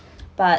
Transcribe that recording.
but